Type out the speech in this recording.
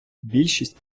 більшість